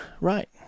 Right